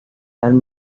dan